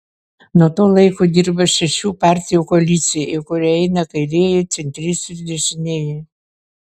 nuo to laiko dirba šešių partijų koalicija į kurią įeina kairieji centristai ir dešinieji